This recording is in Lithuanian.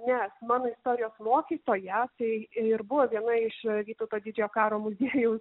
nes mano istorijos mokyta tai ir buvo viena iš vytauto didžiojo karo muziejaus